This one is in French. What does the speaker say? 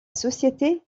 société